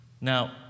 Now